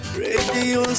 radio